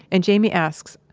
and jamie asks,